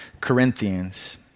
Corinthians